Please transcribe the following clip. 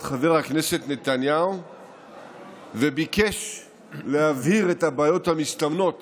חבר הכנסת נתניהו וביקש להבהיר את הבעיות המסתמנות